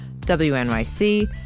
WNYC